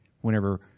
Whenever